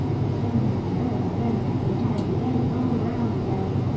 but benjimen very generously handed eggs all round again.